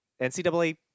NCAA